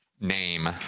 name